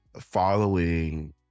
following